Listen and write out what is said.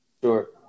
Sure